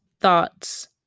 Thoughts